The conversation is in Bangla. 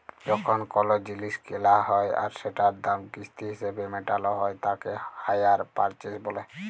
যখন কোলো জিলিস কেলা হ্যয় আর সেটার দাম কিস্তি হিসেবে মেটালো হ্য়য় তাকে হাইয়ার পারচেস বলে